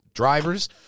Drivers